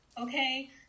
okay